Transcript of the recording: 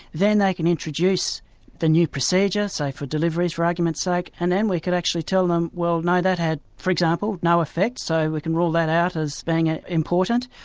then they can introduce the new procedure, so for deliveries for argument's sake, like and then we could actually tell them, well no, that had' for example, no effect. so we can rule that out as being ah important.